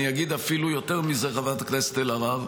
אני אגיד אפילו יותר מזה, חברת הכנסת אלהרר,